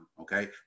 Okay